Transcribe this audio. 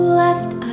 left